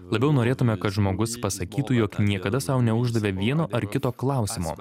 labiau norėtume kad žmogus pasakytų jog niekada sau neuždavė vieno ar kito klausimo